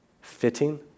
Fitting